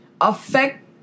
affect